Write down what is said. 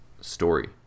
story